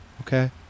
Okay